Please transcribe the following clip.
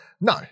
No